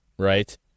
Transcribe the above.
Right